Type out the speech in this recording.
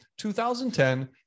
2010